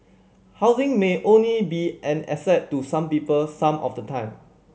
housing may only be an asset to some people some of the time